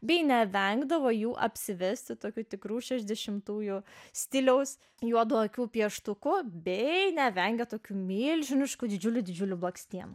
bei nevengdavo jų apsivesti tokių tikrų šešiasdešimtųjų stiliaus juodų akių pieštuku bei nevengia tokių milžiniškų didžiulių didžiulių blakstienų